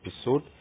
episode